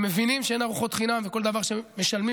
ומבינים שאין ארוחות חינם וכל דבר שמשלמים